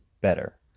better